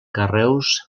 carreus